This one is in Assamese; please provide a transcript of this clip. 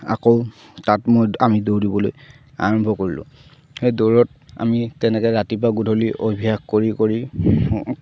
আকৌ তাত মই আমি দৌৰিবলৈ আৰম্ভ কৰিলোঁ সেই দৌৰত আমি তেনেকে ৰাতিপুৱা গধূলি অভ্যাস কৰি কৰি